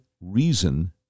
reason